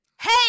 Hey